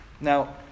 Now